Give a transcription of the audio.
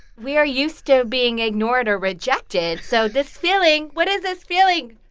we are used to being ignored or rejected. so this feeling what is this feeling?